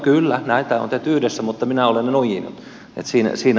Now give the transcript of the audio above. kyllä näitä on tehty yhdessä mutta minä olen ne nuijinut